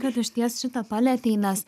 kad išties šitą palietei nes